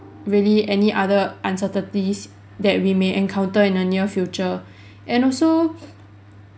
really any other uncertainties that we may encounter in the near future and also